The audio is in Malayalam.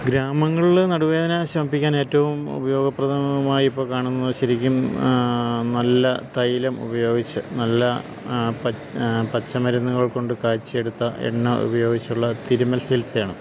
ഗ്രാമങ്ങളിൽ നടുവേദന ശമപ്പിക്കാൻ ഏറ്റവും ഉപയോഗപ്രദമായി ഇപ്പം കാണുന്നത് ശരിക്കും നല്ല തൈലം ഉപയോഗിച്ച് നല്ല പച്ച പച്ച മരുന്നുകൾ കൊണ്ട് കാച്ചി എടുത്ത എണ്ണ ഉപയോഗിച്ചുള്ള തിരുമൽ ചികിത്സയാണ്